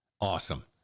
Awesome